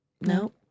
No